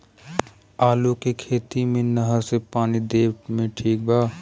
आलू के खेती मे नहर से पानी देवे मे ठीक बा?